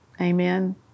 Amen